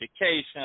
education